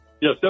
Yes